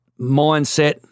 mindset